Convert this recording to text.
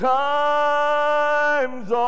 times